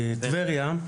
טבריה,